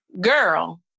girl